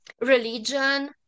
religion